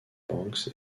banks